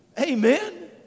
Amen